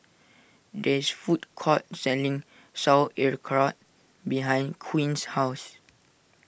there is food court selling Sauerkraut behind Quinn's house